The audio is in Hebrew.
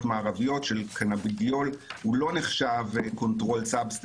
מערביות לא נחשב controlled substance.